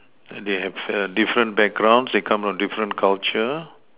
and they have err different backgrounds they come of different culture